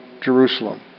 Jerusalem